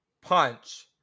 punch